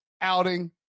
outing